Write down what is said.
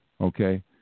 okay